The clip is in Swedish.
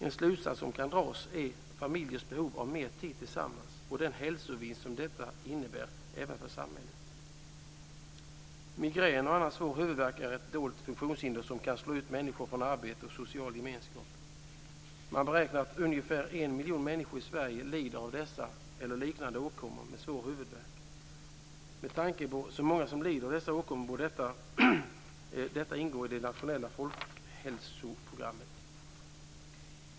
En slutsats som kan dras är familjers behov av mer tid tillsammans och den hälsovinst detta innebär även för samhället. Migrän och annan svår huvudvärk är ett dolt funktionshinder som kan slå ut människor från arbete och social gemenskap. Man beräknar att ungefär en miljon människor i Sverige lider av dessa eller liknande åkommor med svår huvudvärk. Med tanke på hur många som lider av dessa åkommor borde detta ingå i det nationella folkhälsoprogrammet.